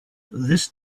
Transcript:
this